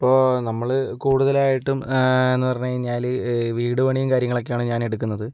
ഇപ്പോൾ നമ്മൾ കൂടുതൽ ആയിട്ടും എന്ന് പറഞ്ഞു കഴിഞ്ഞാൽ വീട് പണിയും കാര്യങ്ങളൊക്കെയാണ് ഞാൻ എടുക്കുന്നത്